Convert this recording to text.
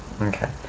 Okay